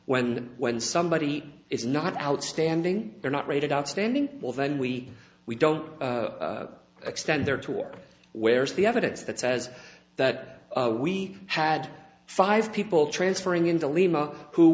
when when somebody is not outstanding they're not rated outstanding well then we we don't extend their tour where's the evidence that says that we had five people transferring into lima who